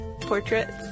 portraits